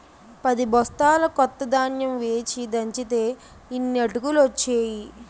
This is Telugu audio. పదిబొస్తాల కొత్త ధాన్యం వేచి దంచితే యిన్ని అటుకులు ఒచ్చేయి